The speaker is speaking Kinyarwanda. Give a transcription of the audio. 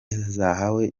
zahawe